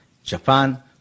Japan